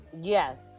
Yes